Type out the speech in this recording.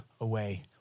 away